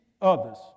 others